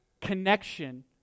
connection